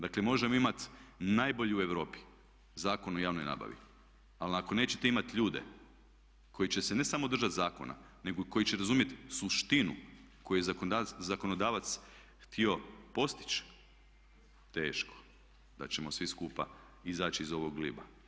Dakle možemo imati najbolji u Europi Zakon o javnoj nabavi ali ako nećete imati ljude koji će se ne samo držati zakona nego i koji će razumjeti suštinu koju je zakonodavac htio postići teško da ćemo svi skupa izaći iz ovog gliba.